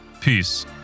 Peace